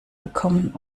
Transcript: bekommen